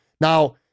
Now